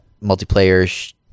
multiplayer